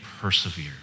persevere